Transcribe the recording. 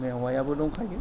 मेवायाबो दंखायो